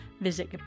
Visit